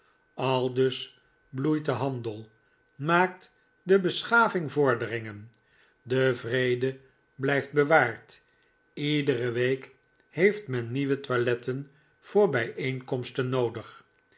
aldus bloeit de handel maakt de beschaving vorderingen de vrede blijft bewaard iedere week heeft men nieuwe toiletten voor bijeenkomsten noodig